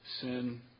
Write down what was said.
sin